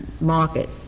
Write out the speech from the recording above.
market